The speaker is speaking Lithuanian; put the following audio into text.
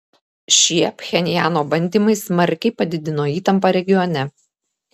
šie pchenjano bandymai smarkiai padidino įtampą regione